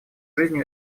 жизнью